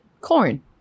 corn